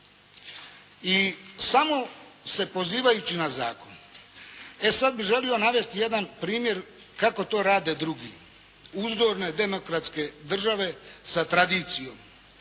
i samo se pozivajući na zakon. E sad bih želio navesti jedan primjer kako to rade drugi, uzorne demokratske države sa tradicijom.